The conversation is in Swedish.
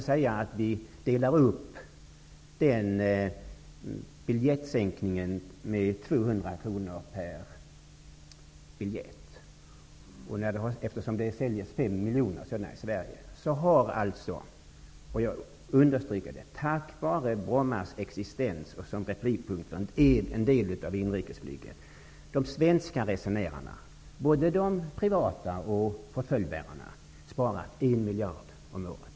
Sänkningen av priset kan delas upp i 200 kr per biljett. 5 miljoner biljetter säljs i Sverige. Tack vare Brommas existens för inrikesflyget har de svenska resenärerna, både de privata och portföljbärarna, sparat 1 miljard kronor om året.